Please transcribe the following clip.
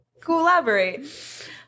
Collaborate